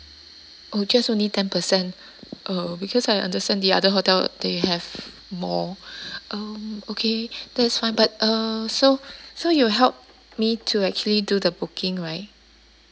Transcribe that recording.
oh just only ten percent uh because I understand the other hotel they have more um okay that's fine but err so so you help me to actually do the booking right